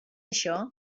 això